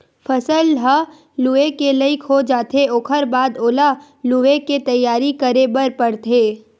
फसल ह लूए के लइक हो जाथे ओखर बाद ओला लुवे के तइयारी करे बर परथे